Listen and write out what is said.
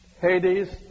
Hades